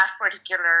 particular